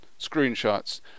screenshots